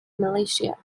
militia